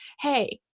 hey